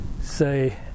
say